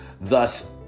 Thus